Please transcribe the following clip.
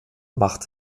macht